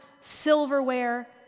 silverware